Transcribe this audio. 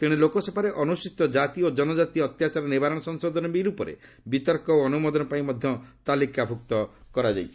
ତେଶେ ଲୋକସଭାରେ ଅନୁସ୍ଚିତ କାତି ଓ କନକାତି ଅତ୍ୟାଚାର ନିବାରଣ ସଂଶୋଧନ ବିଲ୍ ଉପରେ ବିତର୍କ ଓ ଅନୁମୋଦନ ପାଇଁ ମଧ୍ୟ ତାଲିକାଭୁକ୍ତ କରାଯାଇଛି